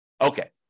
Okay